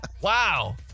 Wow